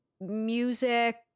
music